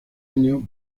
año